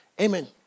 amen